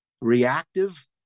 reactive